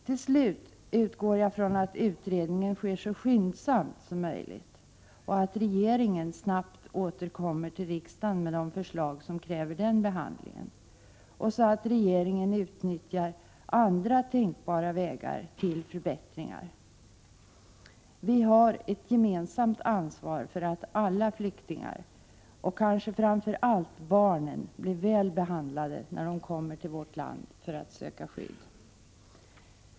Till slut utgår jag från att utredningen sker så skyndsamt som möjligt och att regeringen snabbt återkommer till riksdagen med de förslag som kräver en riksdagsbehandling och att regeringen utnyttjar andra tänkbara vägar till förbättringar. Vi har ett gemensamt ansvar för att alla flyktingar — och kanske framför allt barnen — blir väl behandlade när de kommer till vårt land för att söka skydd.